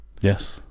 Yes